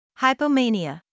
Hypomania